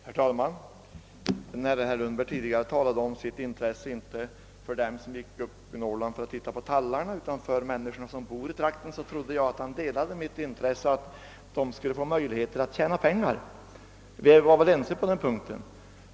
Herr talman! När herr Lundberg tidigare talade om sitt intresse inte för dem som far upp till Norrland för att se på tallarna utan för människorna som bor i trakten, så trodde jag att han delade mitt intresse för att dessa människor skulle få möjligheter att tjäna pengar och att vi alltså var ense på den punkten.